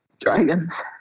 Dragons